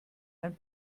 ein